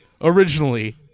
originally